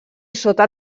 sota